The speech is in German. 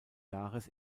jahres